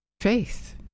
faith